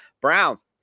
Browns